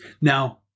Now